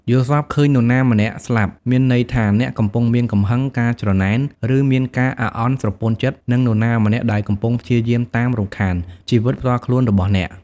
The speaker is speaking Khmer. យល់សប្តិឃើញនរណាម្នាក់ស្លាប់ មានន័យថាអ្នកកំពុងមាន កំហឹង ការច្រណែន ឬមានការអាក់អន់ស្រពន់ចិត្តនឹងនរណាម្នាក់ ដែលកំពុងព្យាយាមតាមរំខាន ជីវិតផ្ទាល់ខ្លួនរបស់អ្នក។